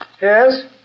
Yes